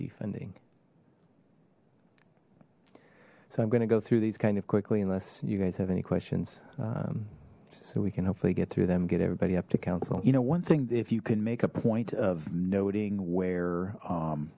funding so i'm going to go through these kind of quickly unless you guys have any questions so we can hopefully get through them get everybody up to council you know one thing if you can make a point of noting where